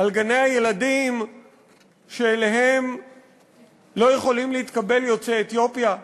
על גני-הילדים שאליהם לא יכולים להתקבל יוצאי אתיופיה,